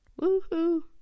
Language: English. Woohoo